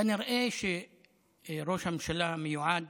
כנראה שראש הממשלה המיועד